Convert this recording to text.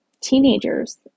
teenagers